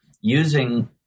using